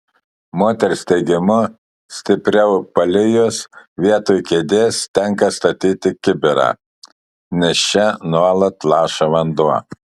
moters teigimu stipriau palijus vietoj kėdės tenka statyti kibirą nes čia nuolat laša vanduo